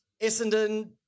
Essendon